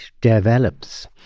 develops